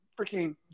freaking